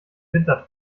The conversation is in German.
winter